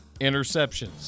interceptions